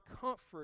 comfort